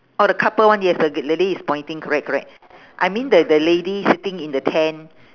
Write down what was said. oh the couple one yes the lady is pointing correct correct I mean that the lady sitting in the tent